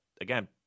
again